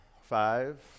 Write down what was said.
five